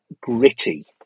gritty